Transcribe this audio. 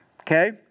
Okay